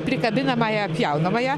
prikabinamąją pjaunamąją